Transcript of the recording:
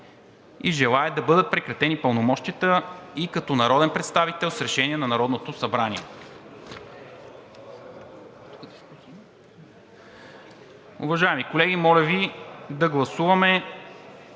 и желае да бъдат прекратени пълномощията ѝ като народен представител с решение на Народното събрание.